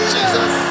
Jesus